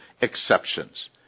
exceptions